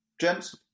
gents